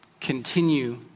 continue